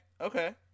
okay